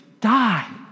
die